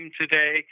today